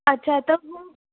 अछा त पोइ